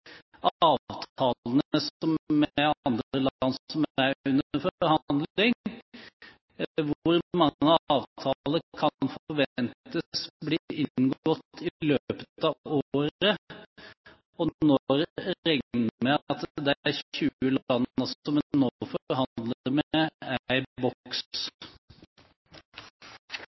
avtalene med andre land. Hvor mange avtaler kan forventes å bli inngått i løpet av året? Og: Når regner man med at avtalene med de 20 landene som man nå forhandler med, er